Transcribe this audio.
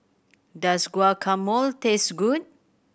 does Guacamole taste good